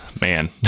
Man